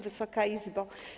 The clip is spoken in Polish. Wysoka Izbo!